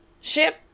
ship